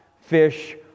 fish